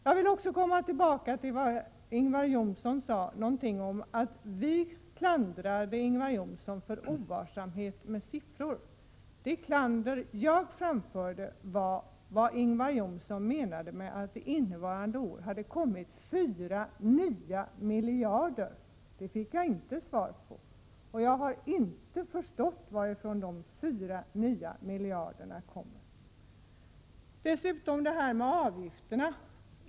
Jag vill också komma tillbaka till det som Ingvar Johnsson sade om att vi klandrade honom för ovarsamhet med siffror. Det klander jag framförde gällde vad Ingvar Johnsson sade om att det innevarande år hade kommit 4 nya miljarder. Det fick jag inte svar på. Jag har inte förstått varifrån de 4 nya miljarderna kommer. Dessutom vill jag ta upp detta med avgifterna.